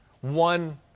one